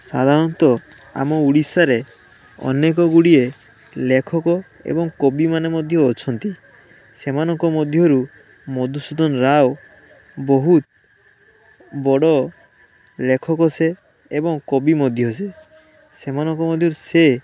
ସାଧାରଣତ ଆମ ଓଡ଼ିଶାରେ ଅନେକ ଗୁଡ଼ିଏ ଲେଖକ ଏବଂ କବି ମାନେ ମଧ୍ୟ ଅଛନ୍ତି ସେମାନଙ୍କ ମଧ୍ୟରୁ ମଧୁସୂଦନ ରାଓ ବହୁତ ବଡ଼ ଲେଖକ ସେ ଏବଂ କବି ମଧ୍ୟ ସେ ସେମାନଙ୍କ ମଧ୍ୟରୁ ସେ